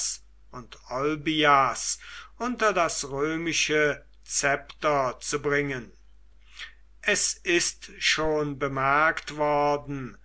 und olbias unter das römische szepter zu bringen es ist schon bemerkt worden